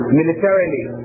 militarily